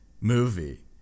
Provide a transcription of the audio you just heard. movie